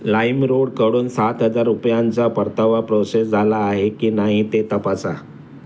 लाईमरोडकडून सात हजार रुपयांचा परतावा प्रोसेस झाला आहे की नाही ते तपासा